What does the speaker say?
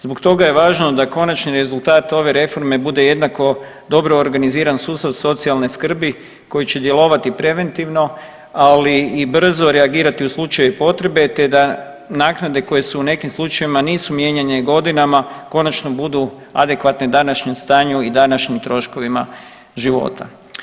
Zbog toga je važno da konačni rezultat ove reforme bude jednako dobro organiziran sustav socijalne skrbi, koji će djelovati preventivno, ali i brzo reagirati u slučaju potrebe te da naknade koje su u nekim slučajevima, nisu mijenjane godinama konačno budu adekvatne današnjem stanju i današnjim troškovima života.